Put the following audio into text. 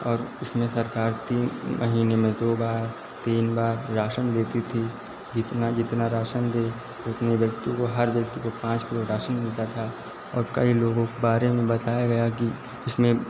और इसमें सरकार तीन महीने में दो बार तीन बार राशन देती थी जितना जितना रासन दे उतने व्यक्ति वो हर व्यक्ति को पांच किलो रासन मिलता था और कई लोगों के बारे में बताया गया कि इसमें